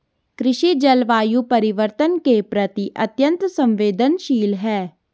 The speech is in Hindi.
कृषि जलवायु परिवर्तन के प्रति अत्यंत संवेदनशील है